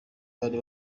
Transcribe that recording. bari